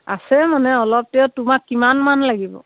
আছে মানে অলপ তেওঁ তোমাক কিমানমান লাগিব